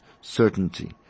certainty